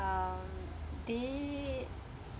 uh they